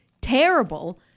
terrible